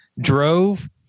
drove